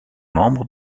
membre